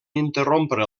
interrompre